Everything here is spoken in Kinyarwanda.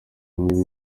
imwe